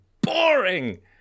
boring